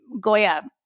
Goya